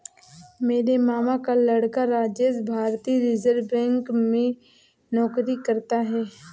मेरे मामा का लड़का राजेश भारतीय रिजर्व बैंक में नौकरी करता है